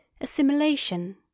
assimilation